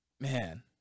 Man